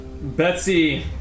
Betsy